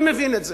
אני מבין את זה,